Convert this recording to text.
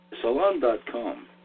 Salon.com